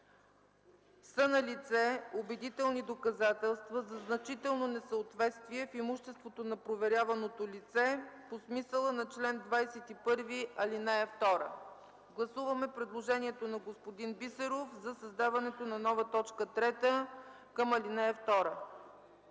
„са налице убедителни доказателства за значително несъответствие в имуществото на проверяваното лице по смисъла на чл. 21, ал. 2”. Гласуваме предложението на господин Бисеров за създаването на нова т. 3 към ал. 2.